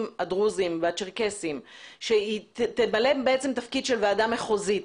הדרוזיים והצ'רקסיים שתמלא תפקיד של ועדה מחוזית.